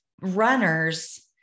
runners